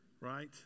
Right